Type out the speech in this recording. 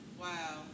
Wow